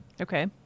okay